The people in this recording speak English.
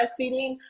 breastfeeding